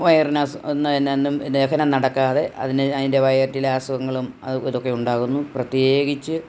വയറിനസു ദഹനം നടക്കാതെ അതിന് അതിൻ്റെ വയറ്റിലെ അസുഖങ്ങളും അതും ഇതൊക്കെ ഉണ്ടാകുന്നു പ്രത്യേകിച്ച്